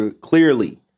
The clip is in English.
clearly